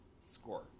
score